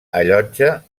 allotja